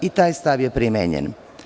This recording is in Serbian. I taj stav je primenjen.